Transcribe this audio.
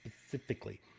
Specifically